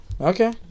Okay